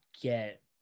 get